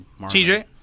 TJ